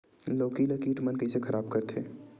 लौकी ला कीट मन कइसे खराब करथे?